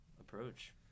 approach